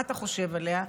מה אתה חושב עליה?